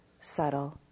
subtle